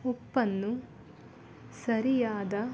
ಉಪ್ಪನ್ನು ಸರಿಯಾದ